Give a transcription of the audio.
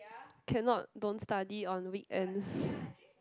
cannot don't study on weekends